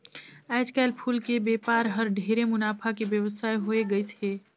आयज कायल फूल के बेपार हर ढेरे मुनाफा के बेवसाय होवे गईस हे